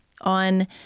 on